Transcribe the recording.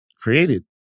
created